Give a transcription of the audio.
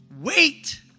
wait